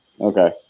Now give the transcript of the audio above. Okay